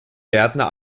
gärtner